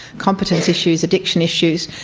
competence issues, addiction issues.